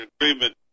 agreement